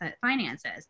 finances